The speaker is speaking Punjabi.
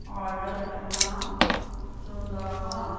ਔਡਰ ਕਰਨਾ ਚਾਹੁੰਦਾ ਹਾਂ